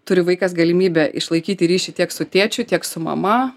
turi vaikas galimybę išlaikyti ryšį tiek su tėčiu tiek su mama